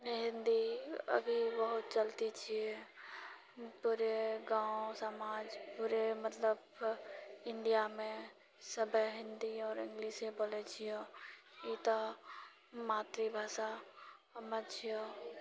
हिन्दी अभी बहुत चलती छिऐ पूरे गाँव समाज पूरे मतलब इन्डियामे सभ हिन्दी आओर इङ्ग्लिशे बोलए छिऐ ई तऽ मातृभाषा हमर छिऔ